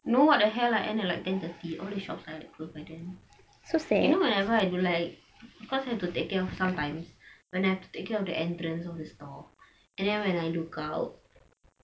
no what the hell I end at like ten thirty all the shops are like close by then you know whenever I do like because I have to take care sometimes when I have to take care of the entrance of the store and then when I look out